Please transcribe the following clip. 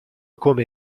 come